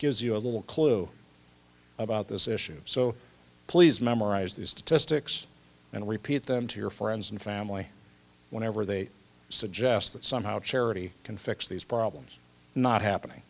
gives you a little clue about this issue so please memorize the statistics and repeat them to your friends and family whenever they suggest that somehow charity can fix these problems not